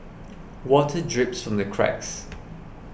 water drips the cracks